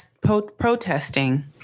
protesting